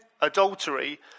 adultery